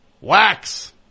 Wax